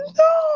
no